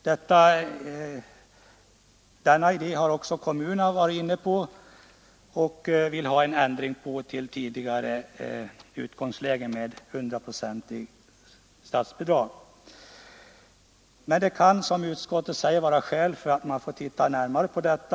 Detta har också kommunerna varit inne på och vill ha en ändring till den tidigare ordningen med ett 100-procentigt statsbidrag. Men det kan, som utskottet säger, vara skäl att man får titta närmare på detta.